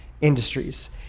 industries